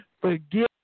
Forgive